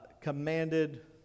commanded